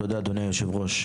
תודה אדוני היושב-ראש.